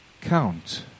count